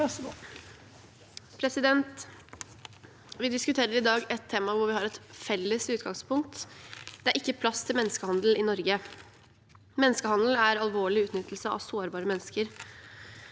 Vi diskuterer i dag et tema hvor vi har et felles utgangspunkt: Det er ikke plass til menneskehandel i Norge. Menneskehandel er alvorlig utnyttelse av sårbare mennesker.